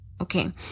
Okay